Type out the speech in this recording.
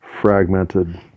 fragmented